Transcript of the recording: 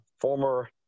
former